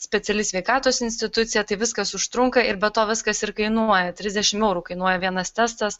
speciali sveikatos institucija tai viskas užtrunka ir be to viskas ir kainuoja trisdešim eurų kainuoja vienas testas